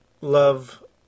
love